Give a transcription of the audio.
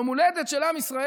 יום הולדת של עם ישראל.